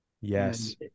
yes